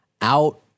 out